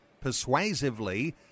persuasively